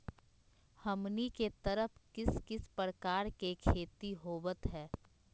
हमनी के तरफ किस किस प्रकार के खेती होवत है?